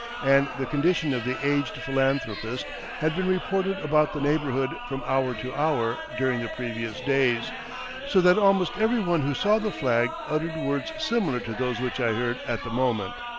and the condition of the aged philanthropist had been reported about the neighborhood from hour to hour during the previous days so that almost every one who saw the flag uttered words similar to those which i heard at the moment